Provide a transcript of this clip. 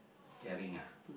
caring ah